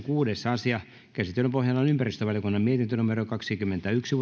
kuudes asia käsittelyn pohjana on ympäristövaliokunnan mietintö kaksikymmentäyksi